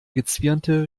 gezwirnte